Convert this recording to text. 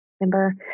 Remember